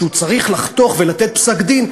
כשהוא צריך לחתוך ולתת פסק-דין,